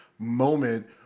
moment